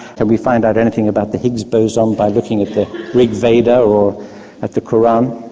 can we find out anything about the higgs boson by looking at the rigveda. or at the koran.